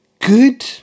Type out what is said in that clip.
Good